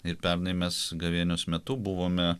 ir pernai mes gavėnios metu buvome